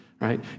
right